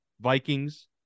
Vikings